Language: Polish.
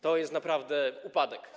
To jest naprawdę upadek.